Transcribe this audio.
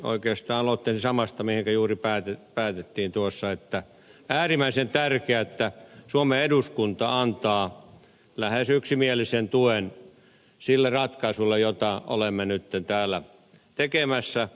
oikeastaan aloittaisin samasta mihin juuri päädyttiin tuossa että on äärimmäisen tärkeää että suomen eduskunta antaa lähes yksimielisen tuen sille ratkaisulle jota olemme nyt täällä tekemässä